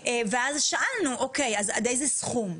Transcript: ואז, שאלנו: אוקיי, אז עד איזה סכום?